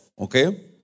Okay